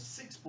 six